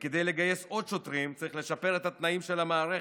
כדי לגייס עוד שוטרים צריך לשפר את התנאים של המערכת,